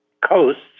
coasts